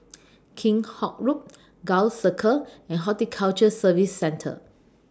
Kheam Hock Road Gul Circle and Horticulture Services Centre